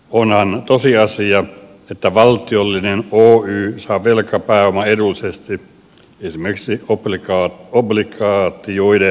onhan tosiasia että valtiollinen oy saa velkapääoman edullisesti esimerkiksi obligaatioiden avulla